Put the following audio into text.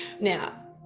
now